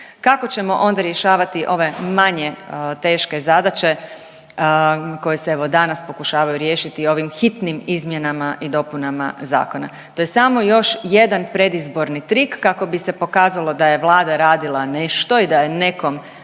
Kako ćemo onda rješavati ove manje teške zadaće koje se evo danas pokušavaju riješiti ovim hitnim izmjenama i dopunama zakona? To je samo još jedan predizborni trik kako bi se pokazalo da je Vlada radila nešto i da je nekom